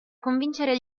convincere